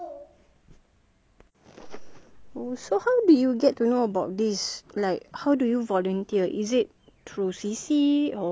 oh so how did you get to know about this like how do you volunteer is it through C_C or because I don't see this anywhere